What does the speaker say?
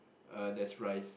uh there's rice